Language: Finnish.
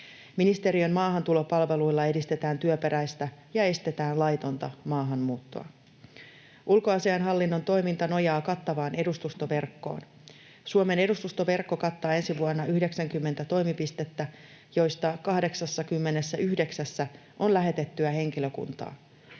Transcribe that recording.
Ministeriön maahantulopalveluilla edistetään työperäistä ja estetään laitonta maahanmuuttoa. Ulkoasiainhallinnon toiminta nojaa kattavaan edustustoverkkoon. Suomen edustustoverkko kattaa ensi vuonna 90 toimipistettä, joista 89:ssä on lähetettyä henkilökuntaa.